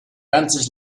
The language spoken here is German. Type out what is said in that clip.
ganzes